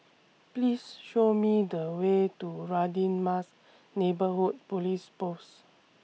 Please Show Me The Way to Radin Mas Neighbourhood Police Post